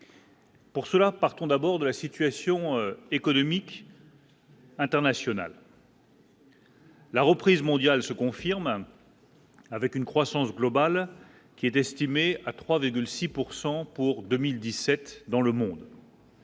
Pour cela, parce qu'on aborde la situation économique. International. La reprise mondiale se confirme avec une croissance globale qui est estimé à 3,6 pourcent pour 2017 dans le monde.